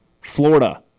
Florida